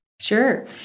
Sure